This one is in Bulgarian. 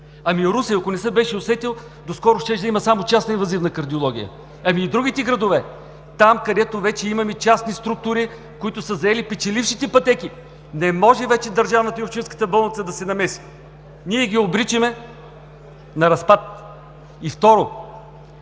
Ами Русе? Ако не се беше усетил наскоро, щеше да има само частна инвазивна кардиология! А другите градове – там, където вече имаме частни структури, които са заели печелившите пътеки? Не може вече държавната и общинската болница да се намесят. Ние ги обричаме на разпад! И второ,